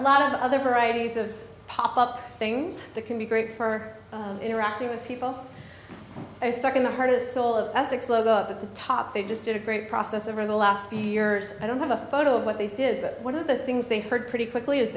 lot of other varieties of pop up things that can be great for interacting with people stuck in the heart of the soul essex logo up at the top they just did a great process over the last few years i don't have a photo of what they did but one of the things they heard pretty quickly as